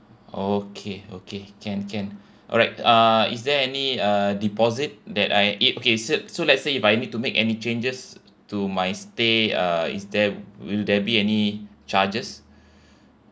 okay okay can can alright uh is there any uh deposit that I it okay so so let's say if I need to make any changes to my stay uh is there will there be any charges